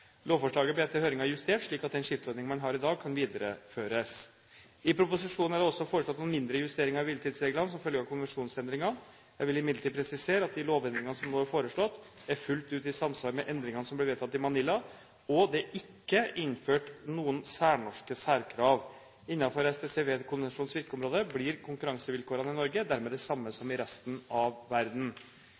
Lovforslaget ble etter høringen justert, slik at den skiftordningen man har i dag, kan videreføres. I proposisjonen er det også foreslått noen mindre justeringer i hviletidsreglene som følge av konvensjonsendringene. Jeg vil imidlertid presisere at de lovendringene som nå er foreslått, er fullt ut i samsvar med endringene som ble vedtatt i Manila, og det er ikke innført noen norske særkrav. Innenfor STCW-konvensjonens virkeområde blir konkurransevilkårene i Norge dermed de samme som i resten av verden.